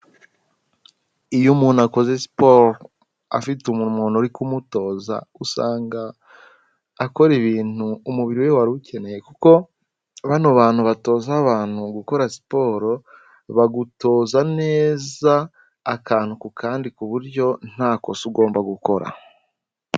Iyo umuntu akoze siporo afite umuntu uri kumutoza, usanga akora ibintu umubiri we wari ukeneye kuko bano bantu batoza abantu gukora siporo, bagutoza neza akantu ku kandi ku buryo ntakosa ugomba gukora.